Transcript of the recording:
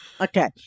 Okay